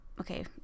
Okay